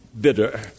bitter